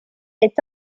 est